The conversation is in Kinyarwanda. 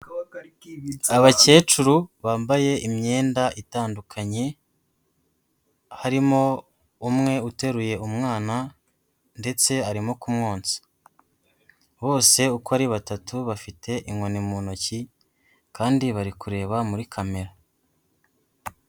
Abakecuru bambaye imyenda itandukanye, harimo umwe uteruye umwana ndetse arimo kumwonsa, bose uko ari batatu bafite inkoni mu ntoki kandi bari kureba muri kamera.